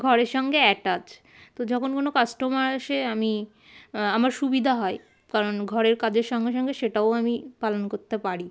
ঘরের সঙ্গে অ্যাটাচ তো যখন কোনো কাস্টমার আসে আমি আমার সুবিধা হয় কারণ ঘরের কাজের সঙ্গে সঙ্গে সেটাও আমি পালন করতে পারি